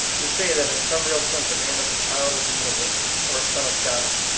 we say that in some real sense a man is a child of the universe, or a son of god.